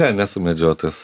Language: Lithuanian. ne nesu medžiotojas